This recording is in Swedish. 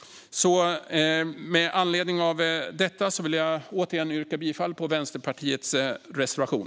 Med anledning av detta vill jag återigen yrka bifall till Vänsterpartiets reservation.